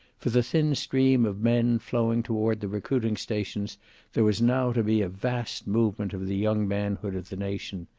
for the thin stream of men flowing toward the recruiting stations there was now to be a vast movement of the young manhood of the nation.